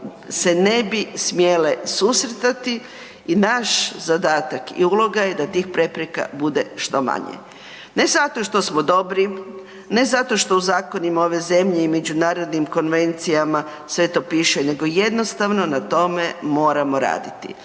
se ne bi smjele susretati i naš zadatak i uloga je da tih prepreka bude što manje. Ne zato što smo dobri, ne zato što u zakonima ove zemlje i međunarodnim konvencijama sve to piše, nego jednostavno na tome moramo raditi.